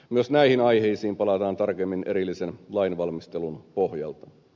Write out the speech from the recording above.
myös näihin aiheisiin palataan tarkemmin erillisen lainvalmistelun pohjalta